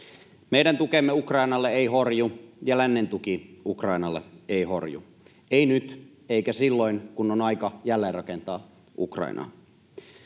Meidän tukemme Ukrainalle ei horju, ja lännen tuki Ukrainalle ei horju — ei nyt eikä silloin, kun on aika jälleenrakentaa Ukrainaa.